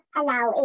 allow